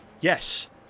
Yes